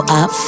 up